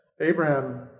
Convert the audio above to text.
Abraham